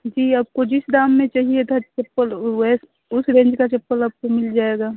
जी आपको जिस दाम में चाहिए था चप्पल उस रेंज का चप्पल आपको मिल जाएगा